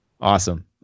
Awesome